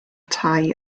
tai